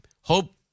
hope